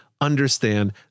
understand